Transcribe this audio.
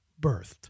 birthed